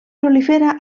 prolifera